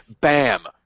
bam